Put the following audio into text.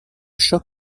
choc